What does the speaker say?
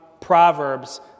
proverbs